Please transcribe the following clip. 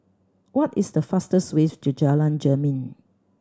what is the fastest way to Jalan Jermin